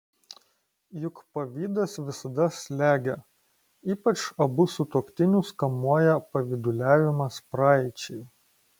juk pavydas visada slegia ypač abu sutuoktinius kamuoja pavyduliavimas praeičiai